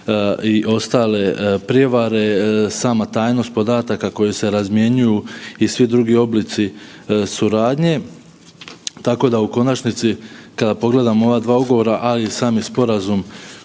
i ostale prijevare, sama tajnost podataka koji se razmjenjuju i svi drugi oblici suradnje, tako da u konačnici kada pogledamo ova dva ugovora, a i sami sporazum